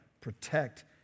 protect